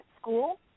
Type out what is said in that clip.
school